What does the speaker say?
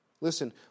Listen